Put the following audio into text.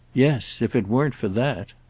yes if it weren't for that!